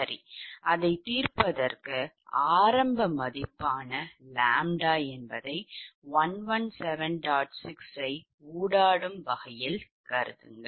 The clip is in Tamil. சரி அதைத் தீர்ப்பதற்கு ஆரம்ப மதிப்பு ʎ ஐ ஊடாடும் வகையில் கருதுங்கள்